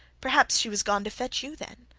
perhaps she was gone to fetch you then.